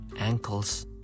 ankles